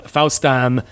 Faustam